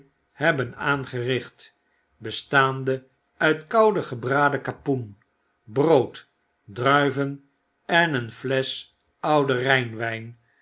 hebben aangericht bestaande uit koude gebraden kapoen brood druiven en een flesch ouden uijnwyn